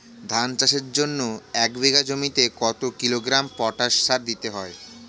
ধান চাষের জন্য এক বিঘা জমিতে কতো কিলোগ্রাম পটাশ সার দিতে হয়?